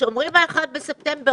כשאומרים 1 בספטמבר,